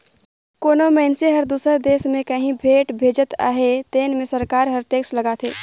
कोनो मइनसे हर दूसर देस में काहीं भेंट भेजत अहे तेन में सरकार हर टेक्स लगाथे